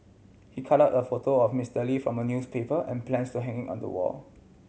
he cut out a photo of Mister Lee from a newspaper and plans to hang it on the wall